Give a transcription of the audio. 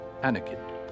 Anakin